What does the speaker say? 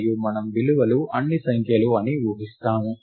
మరియు మనము విలువలు అన్ని సంఖ్యలు అని ఊహిస్తాము